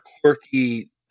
quirky